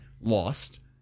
lost